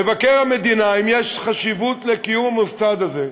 מבקר המדינה, אם יש חשיבות לקיום המוסד הזה,